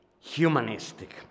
humanistic